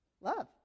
Love